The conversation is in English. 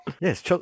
yes